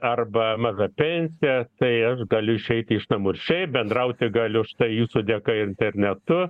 arba maža pensija tai aš galiu išeiti iš namų ir šiaip bendrauti galiu štai jūsų dėka internetu